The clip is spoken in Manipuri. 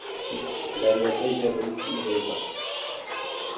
ꯒꯥꯔꯤ ꯑꯇꯩꯁꯨ ꯑꯗꯨꯝ